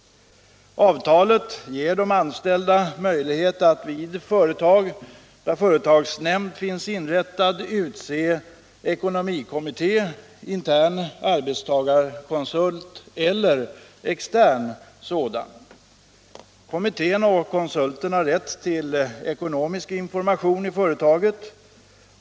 Avtalet ger de anställda möjlighet att vid företag där företagsnämnd finns inrättad utse ekonomikommitté samt intern arbetstagarkonsult eller extern sådan. Kommittén eller konsulten har rätt till ekonomisk information i företaget.